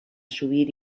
subir